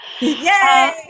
Yay